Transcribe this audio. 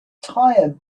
tire